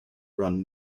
run